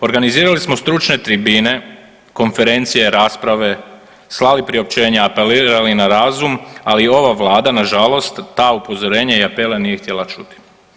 Organizirali smo stručne tribine, konferencije, rasprave, slali priopćenja apelirali na razum ali ova vlada nažalost ta upozorenja i apele nije htjela čuti.